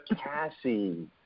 Cassie